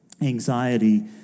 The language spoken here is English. anxiety